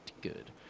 good